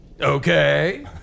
Okay